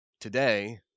Today